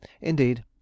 Indeed